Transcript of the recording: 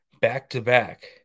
back-to-back